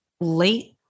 late